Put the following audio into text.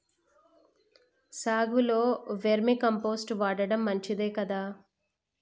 సాగులో vermicompost వాడటం మంచిదే కదా?